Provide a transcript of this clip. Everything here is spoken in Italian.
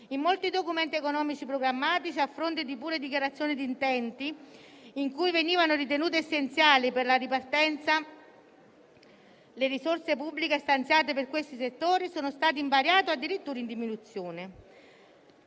In molti documenti economici e programmatici, a fronte di pure dichiarazioni di intenti, in cui questi settori venivano ritenuti essenziali per la ripartenza, le risorse pubbliche stanziate sono state invariate o addirittura in diminuzione.